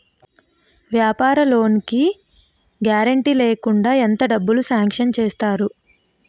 వ్యాపార లోన్ కి గారంటే లేకుండా ఎంత డబ్బులు సాంక్షన్ చేస్తారు?